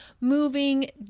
moving